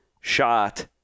shot